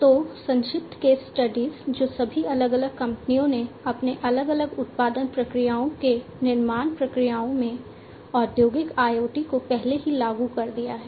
तो संक्षिप्त case studies जो सभी अलग अलग कंपनियों ने अपने अलग अलग उत्पादन प्रक्रियाओं के निर्माण प्रक्रियाओं में औद्योगिक IoT को पहले ही लागू कर दिया है